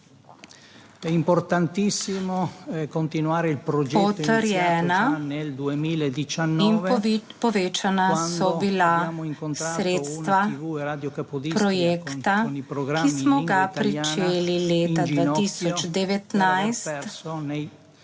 Potrjena in povečana so bila sredstva projekta, ki smo ga pričeli leta 2019